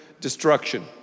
destruction